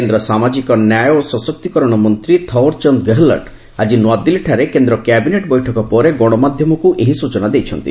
କେନ୍ଦ୍ର ସାମାଜିକ ନ୍ୟାୟ ଓ ସଶକ୍ତିକରଣ ମନ୍ତ୍ରୀ ଥାଓ୍ୱର୍ ଚାନ୍ଦ ଗେହେଲଟ୍ ଆଜି ନୂଆଦିଲ୍ଲୀଠାରେ କେନ୍ଦ୍ର କ୍ୟାବିନେଟ୍ ବୈଠକ ପରେ ଗଣମାଧ୍ୟମକୁ ଏହି ସୂଚନା ଦେଇଛନ୍ତି